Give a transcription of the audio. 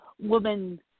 woman